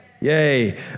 yay